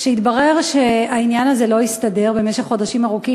כשהתברר שהעניין הזה לא הסתדר במשך חודשים ארוכים,